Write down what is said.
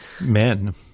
men